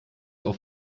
auf